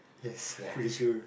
there